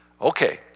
Okay